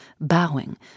bowing